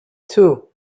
two